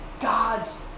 God's